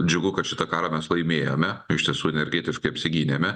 džiugu kad šitą karą mes laimėjome iš tiesų energetiškai apsigynėme